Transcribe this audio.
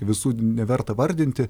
visų neverta vardinti